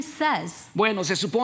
says